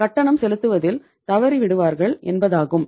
கட்டணம் செலுத்துவதில் தவறி விடுவார்கள் என்பதாகும்